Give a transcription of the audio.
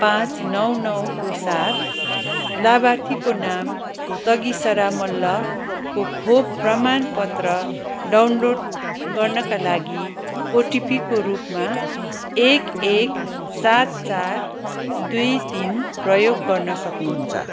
पाँच नौ नौको साथ लाभार्थीको नाम तगिसरा मल्लको खोप प्रमाणपत्र डाउनलोड गर्नाका लागि ओटिपीको रूपमा एक एक सात चार दुई तिन प्रयोग गर्न सक्नुहुन्छ